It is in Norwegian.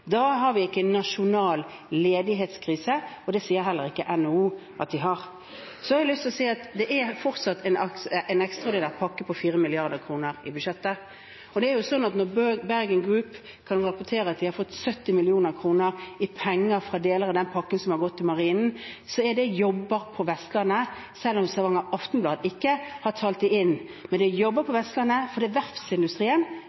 det sier heller ikke NHO at vi har. Så har jeg lyst til å si at det er fortsatt en ekstraordinær pakke på 4 mrd. kr i budsjettet. Det er sånn at når Bergen Group kan rapportere at de har fått 70 mill. kr fra deler av den pakken, som har gått til Marinen, så er det jobber på Vestlandet, selv om Stavanger Aftenblad ikke har telt det inn, men det er jobber på